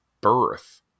birth